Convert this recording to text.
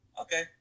Okay